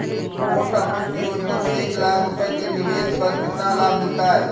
Post office की योजना में एक लाख रूपए के निवेश पर कितना लाभ मिलता है?